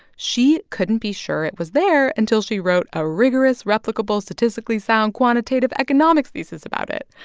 she couldn't be sure it was there until she wrote a rigorous, replicable, statistically sound quantitative economics thesis about it.